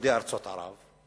יהודי ארצות ערב?